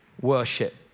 worship